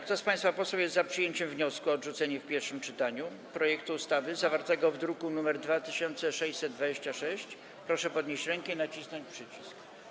Kto z państwa posłów jest za przyjęciem wniosku o odrzucenie w pierwszym czytaniu projektu ustawy zawartego w druku nr 2626, proszę podnieść rękę i nacisnąć przycisk.